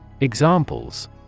Examples